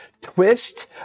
twist